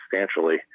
substantially